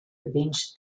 avenge